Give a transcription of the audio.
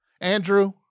Andrew